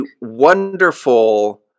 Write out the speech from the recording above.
wonderful